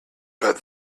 but